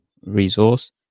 resource